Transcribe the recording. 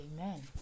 Amen